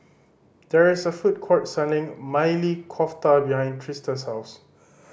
there is a food court selling Maili Kofta behind Trista's house